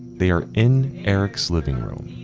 they are in eric's living room,